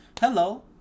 hello